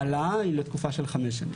ההעלאה היא לתקופה של חמש שנים.